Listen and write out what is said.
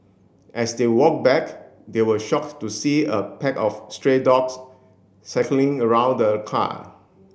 as they walked back they were shocked to see a pack of stray dogs circling around the car